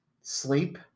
sleep